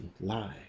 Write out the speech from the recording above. live